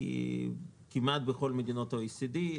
היא כמעט בכל מדינות ה-OECD,